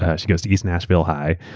yeah she goes to east nashville high,